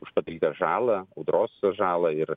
už padarytą žalą audros žalą ir